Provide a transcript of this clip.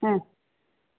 হ্যাঁ